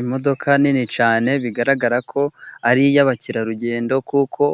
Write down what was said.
Imodoka nini cyane bigaragara ko ari iy'abakerarugendo kuko